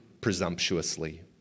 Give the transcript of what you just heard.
presumptuously